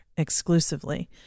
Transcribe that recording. exclusively